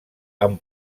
han